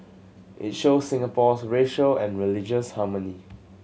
it shows Singapore's racial and religious harmony